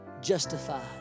justified